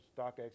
StockX